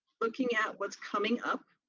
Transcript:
looking at what's coming up,